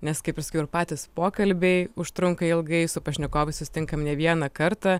nes kaip ir sakiau ir patys pokalbiai užtrunka ilgai su pašnekovais susitinkam ne vieną kartą